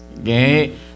Okay